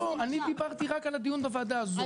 לא, אני דיברתי רק על הדיון בוועדה הזאת.